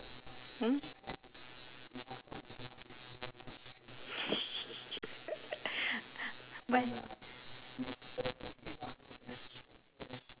hmm but